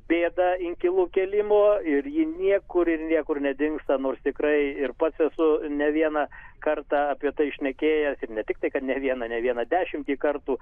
bėdą inkilų kėlimo ir ji niekur ir niekur nedingsta nors tikrai ir pats esu ne vieną kartą apie tai šnekėjęs ir ne tik tai kad ne vieną ir ne vieną dešimtį kartų